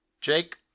Jake